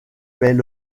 bel